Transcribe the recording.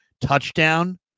touchdown